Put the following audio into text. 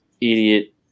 idiot